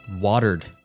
watered